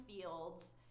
fields